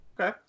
Okay